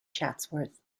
chatsworth